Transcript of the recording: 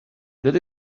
that